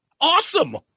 Awesome